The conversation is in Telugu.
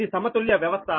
ఇది సమతుల్య వ్యవస్థ